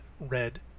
red